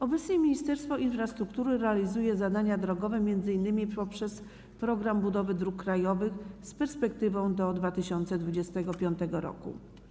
Obecnie Ministerstwo Infrastruktury realizuje zadania drogowe m.in. poprzez „Program budowy dróg krajowych” z perspektywą do 2025 r.